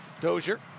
Dozier